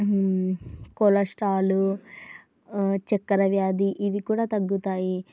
cholesterol చక్కెర వ్యాధి ఇవి కూడా తగ్గుతాయి